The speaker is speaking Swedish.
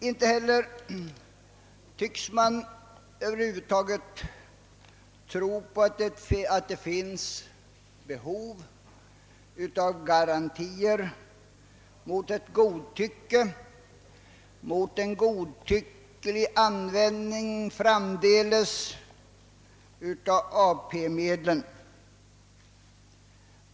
Inte heller tycks man tro att det behövs garantier mot en godtycklig användning framdeles av AP-medlen.